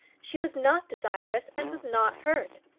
she was not desirous, and was not hurt.